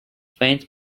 faint